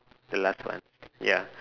the last one ya